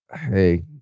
Hey